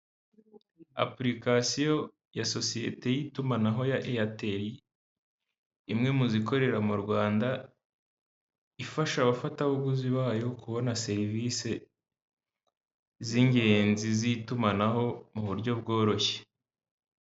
Apulikasiyo ya sosiete y'itumanaho ya eyateli imwe mu zikorera mu Rwanda, ifasha abafatabuguzi bayo kubona serivisi z'ingenzi z'itumanaho mu buryo bworoshye.